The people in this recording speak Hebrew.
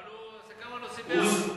אבל הוא עשה כמה נושאים ביחד.